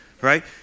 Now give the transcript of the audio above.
Right